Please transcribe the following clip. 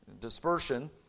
dispersion